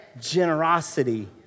generosity